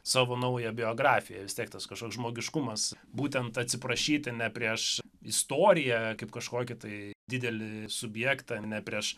savo naują biografiją vis tiek tas kažkoks žmogiškumas būtent atsiprašyti ne prieš istoriją kaip kažkokį tai didelį subjektą ne prieš